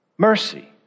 mercy